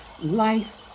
life